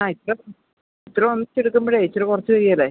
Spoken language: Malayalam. ആ ഇപ്പം ഇത്രയും ഒന്നിചെടുക്കുമ്പോൾ ഇച്ചിരി കുറച്ച് തരികയില്ലേ